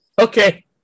Okay